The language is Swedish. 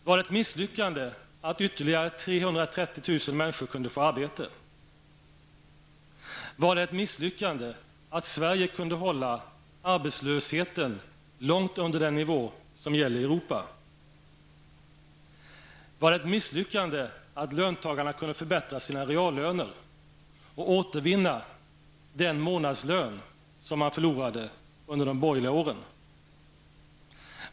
Var det ett misslyckande att ytterligare 330 000 människor kunde få arbete? Var det ett misslyckande att Sverige kunde hålla arbetslösheten långt under den nivå som gäller i Europa? Var det ett misslyckande att löntagarna kunde förbättra sina reallöner och återvinna den månadslön som man förlorade under de borgerliga åren?